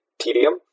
tedium